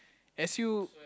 as you